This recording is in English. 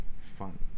fun